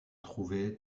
trouvé